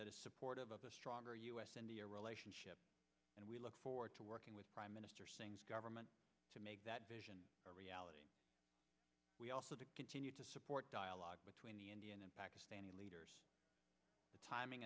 that is supportive of a stronger us in the a relationship and we look forward to working with prime minister singh's government to make that vision a reality we also to continue to support dialogue between the indian and pakistani leaders the timing